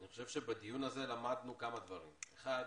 אני חושב שבדיון הזה למדנו כמה דברים: אחד,